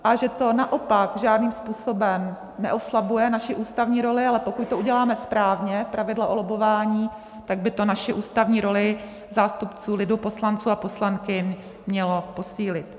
A že to naopak žádným způsobem neoslabuje naši ústavní roli, ale pokud to uděláme správně, pravidla o lobbování, tak by to naši ústavní roli zástupců lidu, poslanců a poslankyň, mělo posílit.